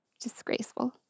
disgraceful